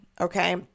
okay